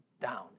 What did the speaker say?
down